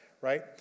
right